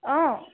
অঁ